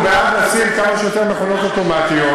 אנחנו בעד לשים כמה שיותר מכונות אוטומטיות,